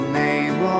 name